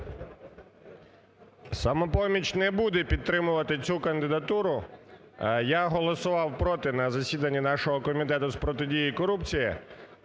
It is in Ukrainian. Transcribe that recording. "Самопоміч" не буде підтримувати цю кандидатуру. Я голосував проти на засіданні нашого Комітету з протидії корупції